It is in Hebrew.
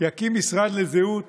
יקים משרד לזהות